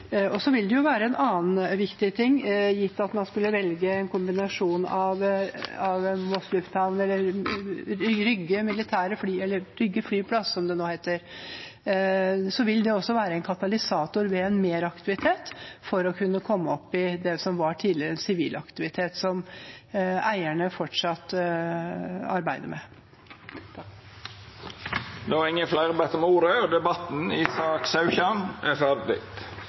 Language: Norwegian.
vil også være en annen viktig ting gitt at man skulle velge en kombinasjon av Moss lufthavn Rygge, eller Rygge flyplass, som det nå heter: Det vil også være en katalysator ved en meraktivitet for å kunne komme opp i det som var tidligere sivil aktivitet, som eierne fortsatt arbeider med. Fleire har ikkje bedt om ordet til sak nr. 17. Etter ynske frå utanriks- og